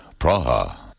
Praha